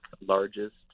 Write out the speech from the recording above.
largest